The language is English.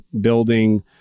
building